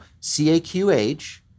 CAQH